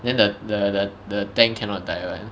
then the the the the tank cannot die [one]